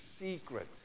secret